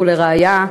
ולראיה,